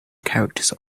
characters